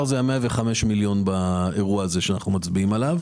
זה ה-105 מיליון שקל באירוע הזה שאנחנו מצביעים עליו.